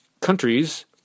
countries